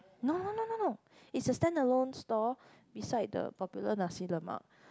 no no no no no it's a stand alone store beside the popular Nasi-Lemak